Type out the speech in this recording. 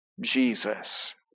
Jesus